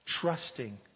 trusting